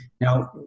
Now